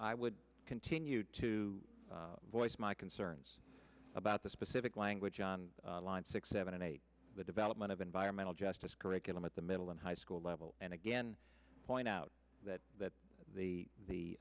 i would continue to voice my concerns about the specific language on line six seven and eight the development of environmental justice curriculum at the middle and high school level and again point out that the the